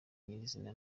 nyirizina